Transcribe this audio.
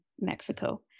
Mexico